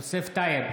יוסף טייב,